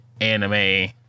anime